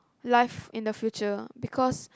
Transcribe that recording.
life in the future because